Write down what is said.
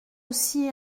aussi